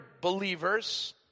believers